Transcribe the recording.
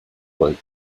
gold